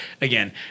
again